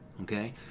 okay